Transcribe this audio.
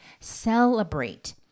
celebrate